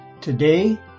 Today